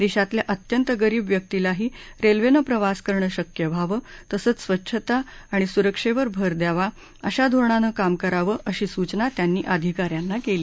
देशातल्या अत्यंत गरीब व्यक्तिलाही रेल्वेनं प्रवास करणं शक्य व्हावं तसंच स्वच्छता आणि सुरक्षेवर भर द्यावा अशा धोरणानं काम करावं अशी सूचना त्यांनी अधिकाऱ्यांना केली